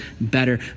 better